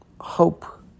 hope